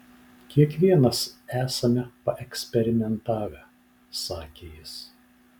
kiekvienas esame paeksperimentavę sakė jis